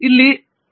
Arun K